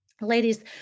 Ladies